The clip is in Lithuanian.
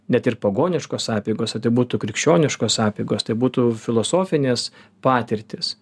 net ir pagoniškos apeigos ar tai būtų krikščioniškos apeigos tai būtų filosofinės patirtys